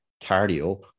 cardio